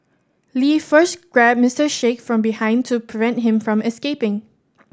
lee first grabbed Mister Sheikh from behind to prevent him from escaping